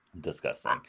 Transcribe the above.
Disgusting